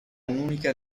unica